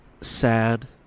sad